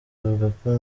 avuka